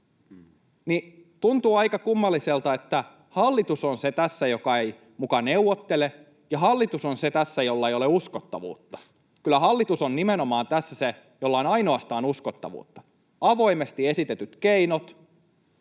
Tuntuu aika kummalliselta, että hallitus on tässä se, joka ei muka neuvottele, ja hallitus on tässä se, jolla ei ole uskottavuutta. Kyllä nimenomaan hallitus on tässä se, jolla on ainoastaan uskottavuutta, avoimesti esitetyt keinot.